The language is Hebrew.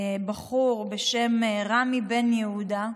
בחור בשם רמי בן יהודה,